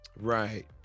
Right